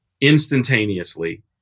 instantaneously